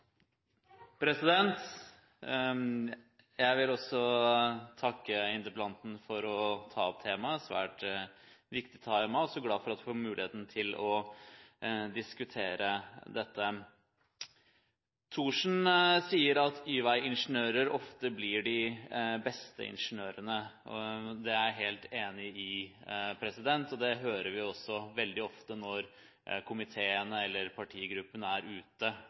Jeg vil også takke interpellanten for å ta opp et svært viktig tema. Jeg er også glad for at vi får muligheten til å diskutere dette. Representanten Thorsen sier at Y-vei-ingeniører ofte blir de beste ingeniørene, og det er jeg helt enig i. Det hører vi også veldig ofte når komiteene eller partigruppene er ute